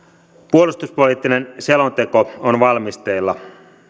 puolustuspoliittinen selonteko on valmisteilla